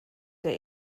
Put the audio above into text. der